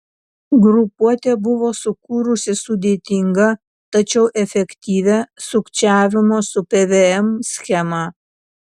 grupuotė buvo sukūrusi sudėtingą tačiau efektyvią sukčiavimo su pvm schemą